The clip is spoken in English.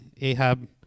Ahab